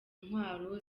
intwaro